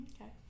Okay